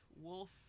wolf